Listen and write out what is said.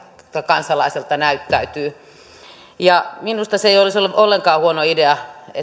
kansalaisesta näyttäytyy minusta se ei olisi ollenkaan huono idea